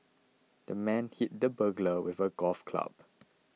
the man hit the burglar with a golf club